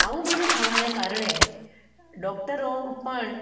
આવું બધું થવાને કારણે ડૉક્ટરો પણ